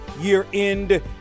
year-end